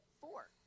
four